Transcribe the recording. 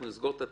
נסגור את התיק?